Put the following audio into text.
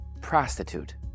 prostitute